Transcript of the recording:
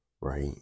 right